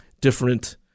different